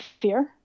fear